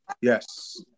yes